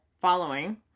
following